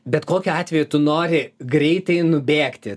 bet kokiu atveju tu nori greitai nubėgti